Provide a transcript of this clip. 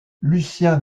lucien